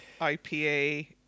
IPA